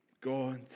God